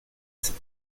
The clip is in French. cinq